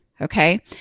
Okay